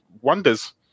wonders